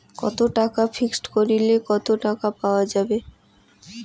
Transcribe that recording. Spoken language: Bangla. কত টাকা ফিক্সড করিলে কত টাকা পাওয়া যাবে?